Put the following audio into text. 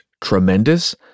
Tremendous